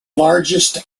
largest